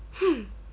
hmm